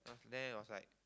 then I was like